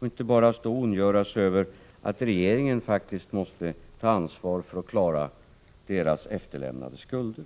I stället ondgör de sig över att regeringen faktiskt måste ta ansvar för att klara de skulder de borgerliga lämnat efter sig.